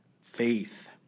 faith